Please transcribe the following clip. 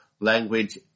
language